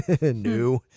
new